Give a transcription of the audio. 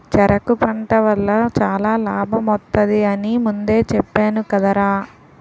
చెరకు పంట వల్ల చాలా లాభమొత్తది అని ముందే చెప్పేను కదరా?